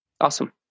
Awesome